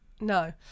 No